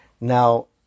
Now